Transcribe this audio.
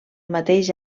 mateix